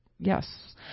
Yes